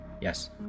Yes